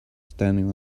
standing